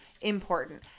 important